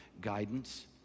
Guidance